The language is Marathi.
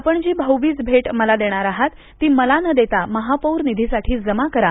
आपण जी भाऊबीज भेट मला देणार आहात ती मला न देता महापौर निधीसाठी जमा करा